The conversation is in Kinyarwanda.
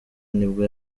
nibwo